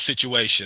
situation